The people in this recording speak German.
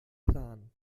plan